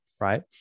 right